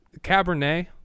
Cabernet